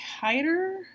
Hider